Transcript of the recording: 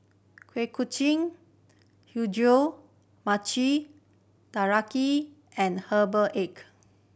Kuih Kacang Hijau Mochi Taiyaki and herbal egg